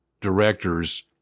directors